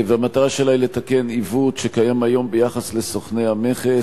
והמטרה שלה היא לתקן עיוות שקיים היום כלפי סוכני המכס,